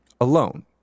alone